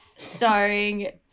Starring